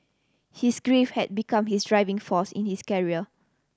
his grief had become his driving force in his carrier